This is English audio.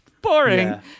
Boring